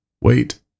Wait